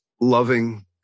loving